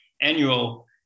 annual